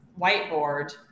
whiteboard